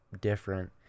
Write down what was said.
different